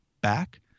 back